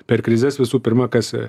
per krizes visų pirma kas